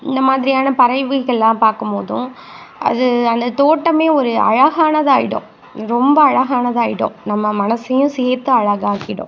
இந்த மாதிரியான பறவைகள்லாம் பார்க்கும் போதும் அது அந்த தோட்டமே ஒரு அழகானதாக ஆயிடும் ரொம்ப அழகானதாக ஆயிடும் நம்ம மனசையும் சேர்த்து அழகாக்கிடும்